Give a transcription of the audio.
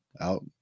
out